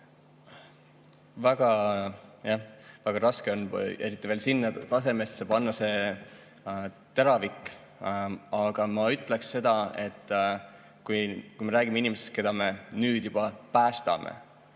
Väga raske on, eriti veel sinna tasemesse panna see teravik. Aga ma ütleksin seda, et kui me räägime inimestest, keda me nüüd juba päästame,